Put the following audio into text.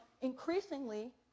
increasingly